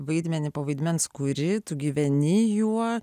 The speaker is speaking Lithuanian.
vaidmenį po vaidmens kuri tu gyveni juo